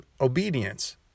obedience